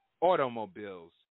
automobiles